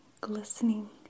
glistening